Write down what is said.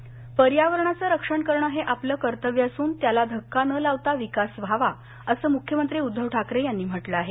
जावडेकर पर्यावरणाचं रक्षण करणं हे आपलं कर्तव्य असून त्याला धक्का न लावता विकास व्हावा असं मुख्यमंत्री उद्धव ठाकरे यांनी म्हटलं आहे